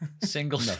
Single